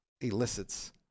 elicits